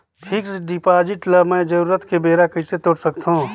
Fixed deposit ल मैं जरूरत के बेरा कइसे तोड़ सकथव?